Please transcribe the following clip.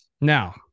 Now